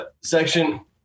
section